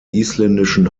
isländischen